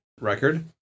record